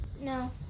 no